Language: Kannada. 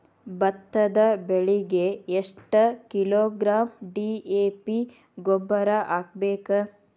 ಭತ್ತದ ಬೆಳಿಗೆ ಎಷ್ಟ ಕಿಲೋಗ್ರಾಂ ಡಿ.ಎ.ಪಿ ಗೊಬ್ಬರ ಹಾಕ್ಬೇಕ?